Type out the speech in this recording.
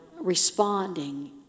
responding